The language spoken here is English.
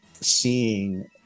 Seeing